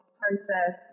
process